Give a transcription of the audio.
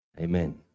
Amen